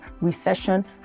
recession